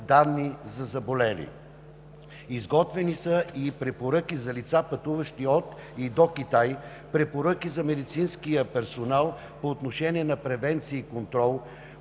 данни за заболели. Изготвени са и препоръки за лица, пътуващи от и до Китай, препоръки за медицинския персонал по отношение на превенция и контрол,